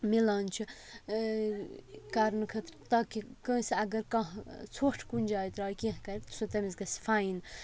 مِلان چھِ کَرنہٕ خٲطرٕ تاکہِ کٲنٛسہِ اگر کانٛہہ ژھۄٹھ کُنہِ جایہِ ترایہِ کینٛہہ کَرِ سُہ تٔمِس گژھِ فایِن